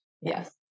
yes